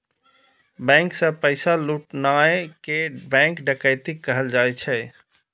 bank सं पैसा लुटनाय कें बैंक डकैती कहल जाइ छै